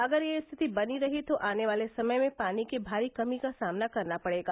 अगर यह स्थिति बनी रही तो आने वाले समय में पानी की भारी कमी का सामना करना पड़ेगा